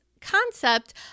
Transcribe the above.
concept